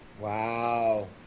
Wow